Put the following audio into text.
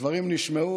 הדברים נשמעו.